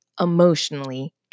emotionally